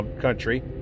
country